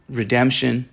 redemption